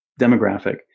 demographic